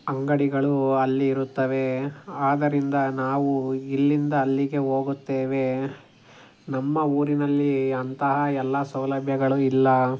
ಅಂಗಡಿಗಳೂ ಅಲ್ಲಿ ಇರುತ್ತವೆ ಆದ್ದರಿಂದ ನಾವು ಇಲ್ಲಿಂದ ಅಲ್ಲಿಗೆ ಹೋಗುತ್ತೇವೆ ನಮ್ಮ ಊರಿನಲ್ಲಿ ಅಂತಹ ಎಲ್ಲ ಸೌಲಭ್ಯಗಳು ಇಲ್ಲ